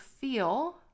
feel